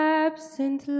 absent